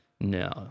No